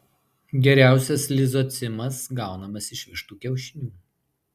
geriausias lizocimas gaunamas iš vištų kiaušinių